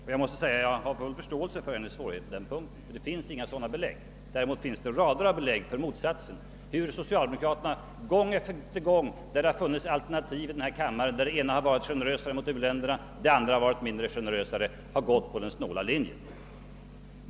Och jag måste säga att jag har full förståelse för hennes svårigheter på den punkten — det finns inga sådana belägg. Däremot finns det rader av belägg för motsatsen: hur socialdemokraterna gång efter gång, när det funnits alternativa förslag, av vilka det ena varit generösare än det andra mot u-länderna, gått på den snåla linjen.